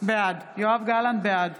בעד